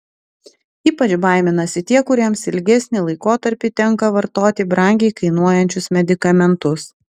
ypač baiminasi tie kuriems ilgesnį laikotarpį tenka vartoti brangiai kainuojančius medikamentus